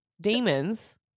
demons